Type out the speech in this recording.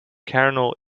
kernel